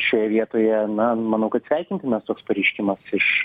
šioje vietoje na manau kad sveikintinas toks pareiškimas iš